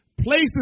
places